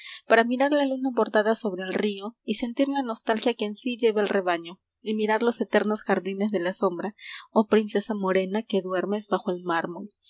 labiospara mirar la luna bordada sobre el río y sentir la nostalgia que en sí lleva el rebaño y mirar los eternos jardines de la sombra oh princesa morena que duermes bajo el mármol